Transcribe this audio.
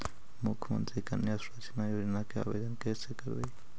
मुख्यमंत्री कन्या सुरक्षा योजना के आवेदन कैसे करबइ?